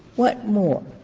what more